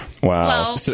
Wow